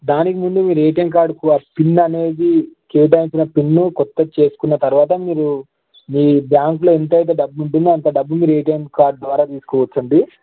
దానికి ముందు మీరు ఎటిఎమ్ కార్డుకు ఆ పిన్ అనేది కే బ్యాంకున పిన్ కొత్త చేసుకున్న తర్వాత మీరు మీ బ్యాంకులో ఎంత అయితే డబ్బు ఉంటుందో అంతా డబ్బు మీరు ఎటిఎమ్ కార్డు ద్వారా తీసుకువచ్చండి